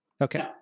Okay